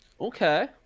Okay